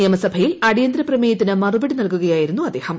നിയമസഭയിൽ അടിയന്തരപ്രമേയത്തിന് മറുപടി നൽകുകയായിരുന്നു അദ്ദേഹം